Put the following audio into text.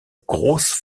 grosse